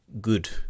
good